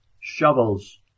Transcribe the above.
shovels